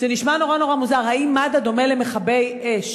זה נשמע נורא נורא מוזר: האם מד"א דומה למכבי אש,